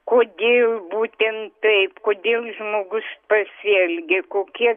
kodėl būtent taip kodėl žmogus pasielgė kokie